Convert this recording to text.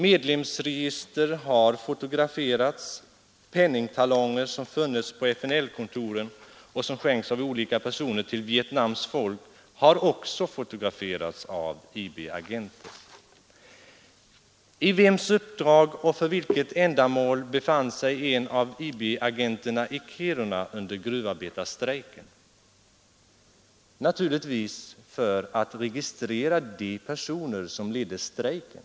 Medlemsregister har fotograferats, penningtalonger som funnits på FNL-kontoren och som skänkts av olika personer till Vietnams folk har också fotograferats av IB-agenter. I vems uppdrag och för vilket ändamål befann sig en av IB-agenterna i Kiruna under gruvarbetarstrejken? Naturligtvis för att registrera de personer som ledde strejken.